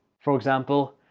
for example,